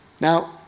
Now